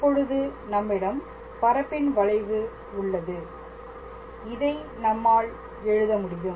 இப்பொழுது நம்மிடம் பரப்பின் வளைவு உள்ளது இதை நம்மால் எழுத முடியும்